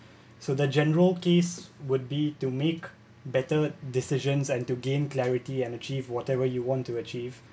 so the general case would be to make better decisions and to gain clarity and achieve whatever you want to achieve